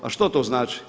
A što to znači?